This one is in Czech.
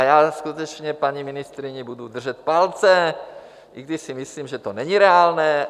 Já skutečně paní ministryni budu držet palce, i když si myslím, že to není reálné.